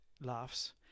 laughs